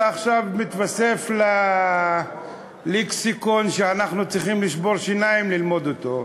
ועכשיו מתווסף ללקסיקון שם שאנחנו צריכים לשבור שיניים כדי ללמוד אותו.